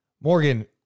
Morgan